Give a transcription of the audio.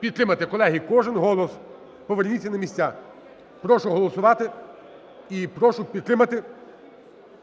підтримати. Колеги, кожен голос, поверніться на місця. Прошу голосувати і прошу підтримати